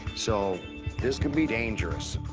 so this can be dangerous.